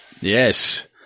Yes